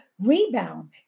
rebound